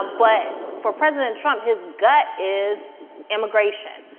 ah but for president trump, his gut is immigration.